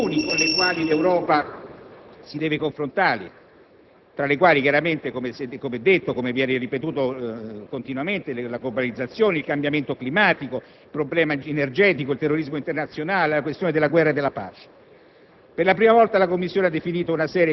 e a far fronte alle sfide comuni con le quali l'Europa si deve confrontare, tra le quali, come detto e ripetuto continuamente, la globalizzazione, il cambiamento climatico, il problema energetico, il terrorismo nazionale, la questione della guerra e della pace.